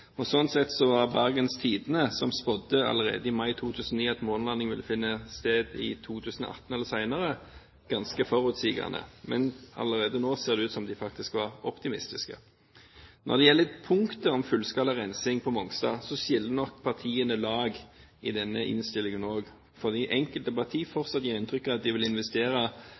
så sånn sett var Bergens Tidende, som allerede i mai 2009 spådde at månelandingen ville finne sted i 2018 eller senere, ganske forutseende. Men allerede nå ser det ut som om man faktisk var optimistisk. Når det gjelder punktet om fullskala rensing på Monstad, skiller nok partiene lag i denne innstillingen også, hvor enkelte partier fortsatt gir inntrykk av å ville investere på Mongstad nærmest koste hva det koste vil,